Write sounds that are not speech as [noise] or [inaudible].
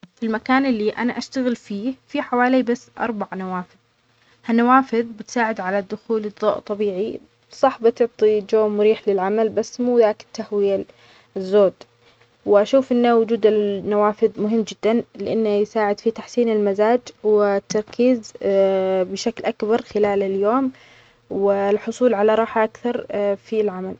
في المكان اللي انا اشتغل فيه فيه حوالي بس اربع نوافذ هالنوافذ بتساعد على دخول الظوء طبيعي. صح بتدي جو مريح للعمل بس مو ذاك التهوية الزود واشوف انه وجود النوافذ مهم جدا لانه يساعد في تحسين المزاج والتركيز [hesitation] بشكل اكبر خلال اليوم والحصول على راحة اكثر [hesitation] في العمل